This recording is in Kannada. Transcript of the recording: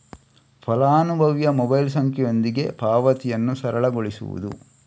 ಫಲಾನುಭವಿಯ ಮೊಬೈಲ್ ಸಂಖ್ಯೆಯೊಂದಿಗೆ ಪಾವತಿಯನ್ನು ಸರಳಗೊಳಿಸುವುದು